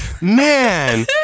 man